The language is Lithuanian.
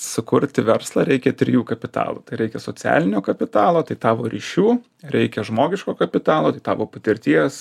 sukurti verslą reikia trijų kapitalų reikia socialinio kapitalo tai tavo ryšių reikia žmogiško kapitalo tai tavo patirties